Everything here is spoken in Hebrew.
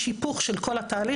יש היפוך של כל התהליך,